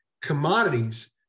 commodities